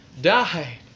died